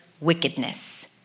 wickedness